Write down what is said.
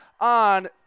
on